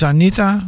Anita